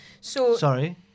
Sorry